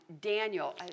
Daniel